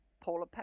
Paula